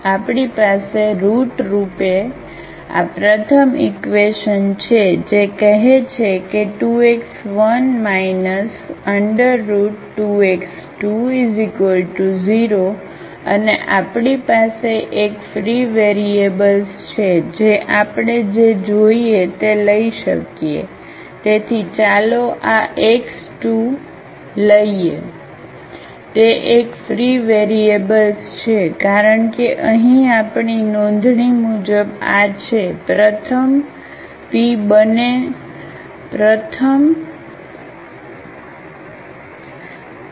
તેથી આપણી પાસે રુટરૂપે આ પ્રથમ ઈક્વેશન છે જે કહે છે કે 2 x1 2x20 અને આપણી પાસે એક ફ્રી વેરીએબલ્સછે જે આપણે જે જોઈએ તે લઈ શકીએ તેથી ચાલો આ x2 લઈએ તે એક ફ્રી વેરીએબલ્સછે કારણ કે અહીં આપણી નોંધણી મુજબ આ છે પ્રથમ p બંને અહીં છે